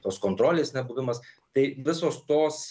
tos kontrolės nebuvimas tai visos tos